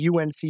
UNC